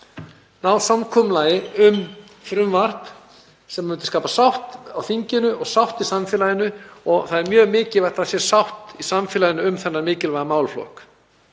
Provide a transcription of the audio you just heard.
náð samkomulagi um frumvarp sem myndi skapa sátt á þinginu og sátt í samfélaginu. Það er mjög mikilvægt að það sé sátt í samfélaginu um þennan mikilvæga málaflokk.